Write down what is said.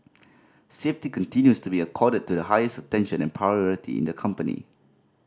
safety continues to be accorded to the highest attention and priority in the company